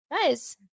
Guys